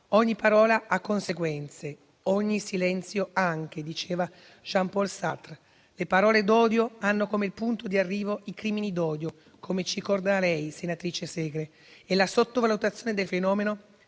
«Ogni parola ha conseguenze. Ogni silenzio anche» diceva Jean Paul Sartre. Le parole d'odio hanno come punto d'arrivo i crimini d'odio, come lei ci ricorda, senatrice Segre, ma anche la sottovalutazione del fenomeno